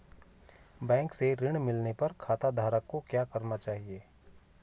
Bank से ऋण मिलने पर खाताधारक को क्या करना चाहिए?